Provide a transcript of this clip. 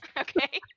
Okay